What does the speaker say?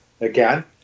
again